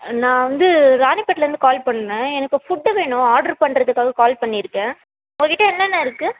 நான் வந்து ராணிபேட்லிருந்து கால் பண்ணிணேன் எனக்கு ஃபுட்டு வேணும் ஆட்ரு பண்ணுறதுக்காக கால் பண்ணியிருக்கேன் உங்கள் கிட்ட என்னென்ன இருக்குது